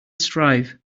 strive